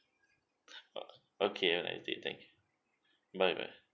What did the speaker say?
uh okay bye bye